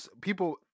people